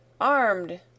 Armed